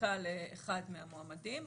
לזיקה לאחד מן המועמדים.